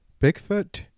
bigfoot